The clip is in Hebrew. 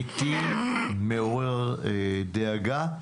אמיתי ומעורר דאגה.